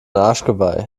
arschgeweih